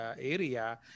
area